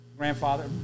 grandfather